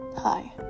hi